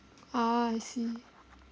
ah I see